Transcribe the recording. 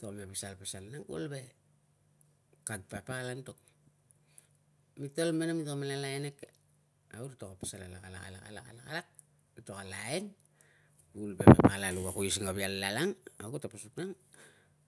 Tol pasal, pasal nang kuvul ve kag papa kala antok, mitol me, mitol me ka lain eke! Au ritol pasal alak, alak, alak, alak, alak, ritol kan lain kuvul ve papa kala luk a ngavia lal ang, au, ka tapasuk nang